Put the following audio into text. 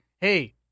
hey